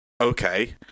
okay